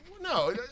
No